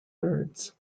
birds